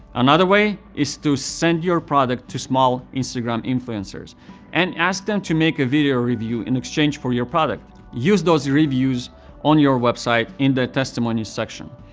another way is to send your product to small instagram influencers and ask them to make a video review in exchange for your product. use those reviews on your website in the testimonies section.